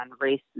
race